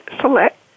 select